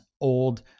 old